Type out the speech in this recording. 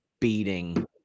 beating